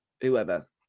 whoever